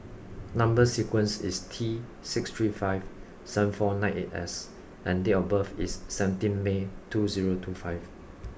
number sequence is T six three five seven four nine eight S and date of birth is seventeenth May two zero two five